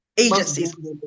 agencies